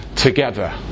Together